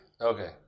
Okay